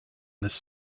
this